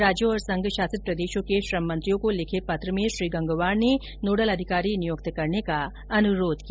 राज्यों और संघ शासित प्रदेशों के श्रम मंत्रियों को लिखे पत्र में श्री गंगवार ने नोडल अधिकारी नियुक्त करने का अनुरोध किया